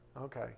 Okay